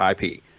IP